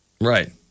Right